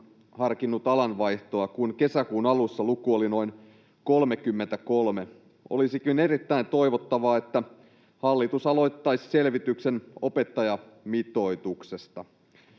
harkinnut alan vaihtoa, kun kesäkuun alussa luku oli noin 33. Olisikin erittäin toivottavaa, että hallitus aloittaisi selvityksen opettajamitoituksesta.